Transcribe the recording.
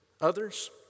others